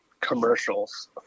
commercials